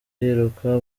yiruka